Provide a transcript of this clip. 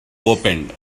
opened